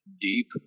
deep